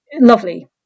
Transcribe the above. lovely